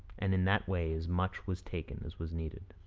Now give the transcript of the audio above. and in that way as much was taken as was needed